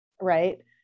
right